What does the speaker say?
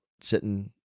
sitting